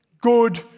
Good